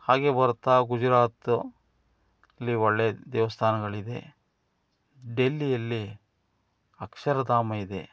ಹಾಗೇ ಬರ್ತಾ ಗುಜರಾತಲ್ಲಿ ಒಳ್ಳೆಯ ದೇವಸ್ಥಾನಗಳಿವೆ ಡೆಲ್ಲಿಯಲ್ಲಿ ಅಕ್ಷರಧಾಮ ಇದೆ